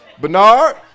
Bernard